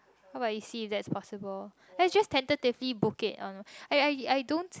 how about you see if that's possible let's just tentatively book it on a I I I don't